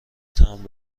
تمبر